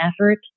effort